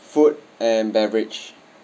food and beverage